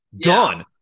Done